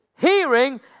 Hearing